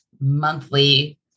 monthly